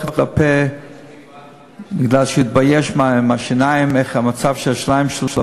את הפה מפני שהוא התבייש במצב השיניים שלו,